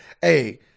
hey